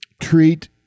Treat